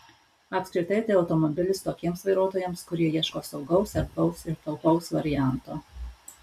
apskritai tai automobilis tokiems vairuotojams kurie ieško saugaus erdvaus ir taupaus varianto